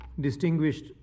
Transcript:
Distinguished